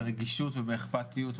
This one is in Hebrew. ברגישות ובאכפתיות -- תודה רבה.